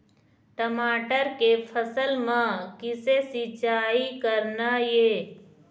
टमाटर के फसल म किसे सिचाई करना ये?